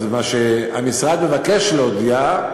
המשרד מבקש להודיע,